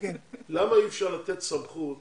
למה אי אפשר לתת סמכות